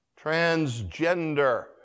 Transgender